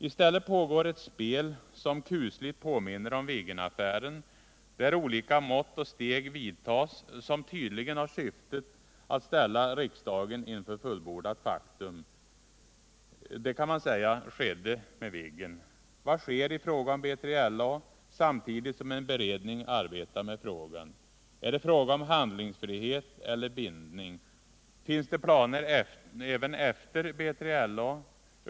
I stället pågår ett spel som kusligt påminner om Viggenaffären, där olika mått och steg vidtas, som tydligen har syftet att ställa riksdagen inför fullbordat faktum. Det kan man säga skedde beträffande Viggen. Vad sker i fråga om B3LA — samtidigt som en beredning arbetar med frågan? Är det fråga om handlingsfrihet eller bindning? Finns det planer även efter BILA?